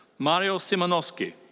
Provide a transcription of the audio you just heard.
mario simjanoski.